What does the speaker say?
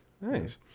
nice